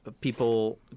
people